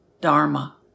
dharma